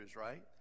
right